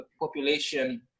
population